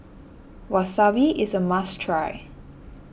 Wasabi is a must try